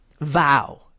vow